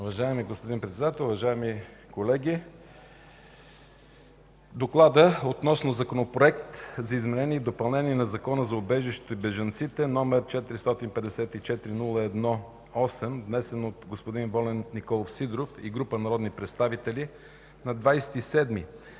Уважаеми господин Председател, уважаеми колеги! „ДОКЛАД относно Законопроект за изменение и допълнение на Закона за убежището и бежанците, № 454-01-8, внесен от Волен Николов Сидеров и група народни представители на